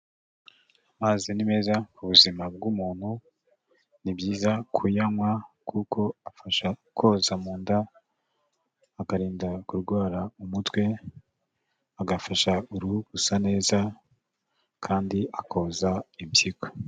Amazi ni meza ku buzima bw'umuntu, ni byiza kuyanywa kuko afasha koza mu nda, akarinda kurwara umutwe, agafasha uruhu gusa neza kandi akoza impyiko.